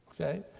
Okay